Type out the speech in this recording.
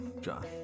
John